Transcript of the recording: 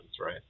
right